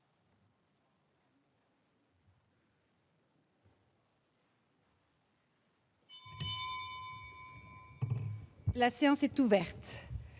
La séance est ouverte.